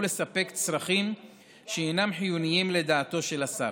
לספק צרכים שהינם חיוניים לדעתו של השר.